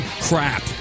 crap